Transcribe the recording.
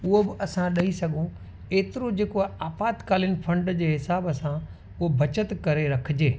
उहो बि असां ॾेई सघूं एतिरो जेको आहे आपातकालीन फंड जे हिसाब सां उहो बचति करे रखिजे